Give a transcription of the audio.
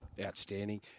outstanding